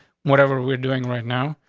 whatever we're doing right now,